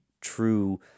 true